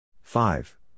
Five